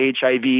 HIV